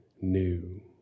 new